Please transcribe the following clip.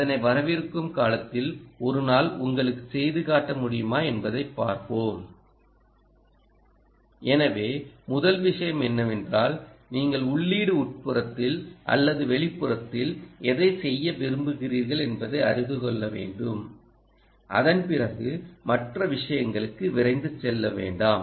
அதனை வரவிருக்கும் காலத்தில் ஒரு நாள் உங்களுக்குச் செய்து காட்ட முடியுமா என்பதைப் பார்ப்போம் எனவே முதல் விஷயம் என்னவென்றால் நீங்கள் உள்ளீடு உட்புறத்தில் அல்லது வெளிப்புறத்தில் எதில் செய்ய விரும்புகிறீர்கள் என்பதை அறிந்து கொள்ள வேண்டும் அதன் பிறகு மற்ற விஷயங்களுக்கு விரைந்து செல்ல வேண்டாம்